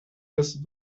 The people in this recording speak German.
des